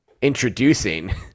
introducing